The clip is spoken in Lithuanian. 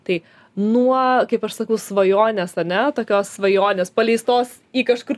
tai nuo kaip aš sakau svajonės ane tokios svajonės paleistos į kažkur